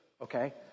okay